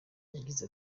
yagize